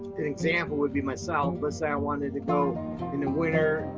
an example would be myself. let's say i wanted to go in the winter,